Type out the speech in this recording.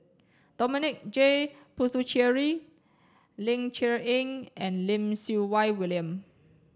Dominic J Puthucheary Ling Cher Eng and Lim Siew Wai William